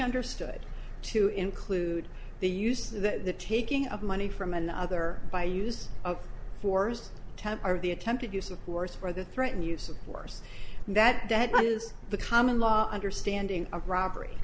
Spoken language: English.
understood to include the use of the taking of money from another by use of force temper the attempted use of force for the threatened use of force and that that is the common law understanding of robbery